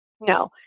No